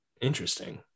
interesting